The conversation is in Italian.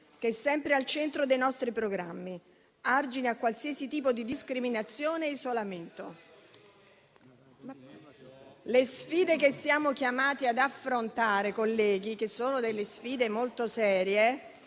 che è sempre al centro dei nostri programmi, argine a qualsiasi tipo di discriminazione e isolamento. Le sfide che siamo chiamati ad affrontare, colleghi, che sono molto serie,